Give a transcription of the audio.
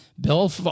Bill